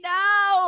now